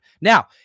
Now